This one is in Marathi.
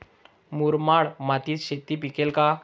मुरमाड मातीत शेती पिकेल का?